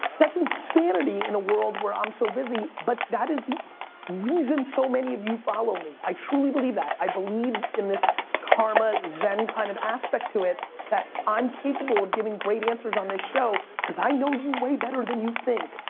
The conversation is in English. that's insanity in a world where i'm so busy, but that is the reason so many of you follow me. i truly believe that. i believe in this karma, zen kind of aspect to it that i'm capable of giving great answers on this show cause i know you way better than you think.